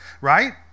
Right